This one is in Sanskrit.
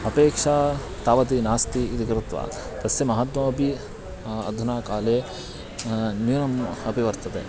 अपेक्षा तावती नास्ति इति कृत्वा तस्य महत्वमपि अधुना काले न्यूनम् अपि वर्तते